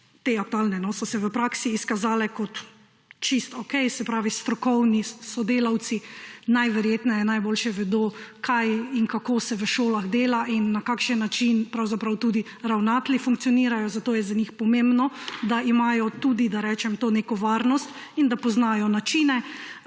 Te spremembe so se tudi v praksi izkazale kot čisto okej, se pravi strokovni sodelavci najverjetneje najboljše vedo, kaj in kako se v šolah dela ter na kakšen način pravzaprav tudi ravnatelji funkcionirajo. Zato je za njih pomembno, da imajo tudi neko varnost in da poznajo načine.